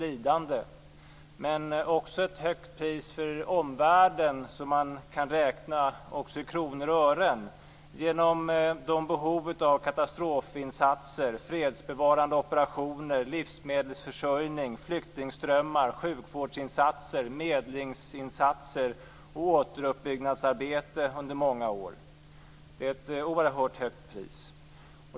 Men det är också ett högt pris för omvärlden, som man kan räkna i kronor och ören, genom behovet av katastrofinsatser, fredsbevarande operationer, livsmedelsförsörjning, flyktingströmmar, sjukvårdsinsatser, medlingsinsatser och återuppbyggnadsarbete under många år. Det är ett oerhört högt pris.